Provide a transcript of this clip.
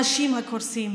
הנשים הקורסות.